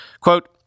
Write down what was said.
Quote